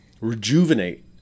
rejuvenate